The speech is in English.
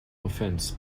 offense